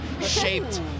shaped